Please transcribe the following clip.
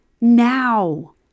now